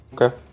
Okay